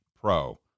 pro